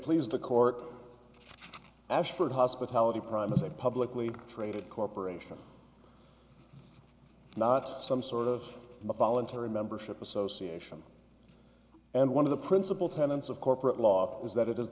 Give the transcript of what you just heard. please the court ashford hospitality prime is a publicly traded corporation not some sort of voluntary membership association and one of the principal tenants of corporate law is that it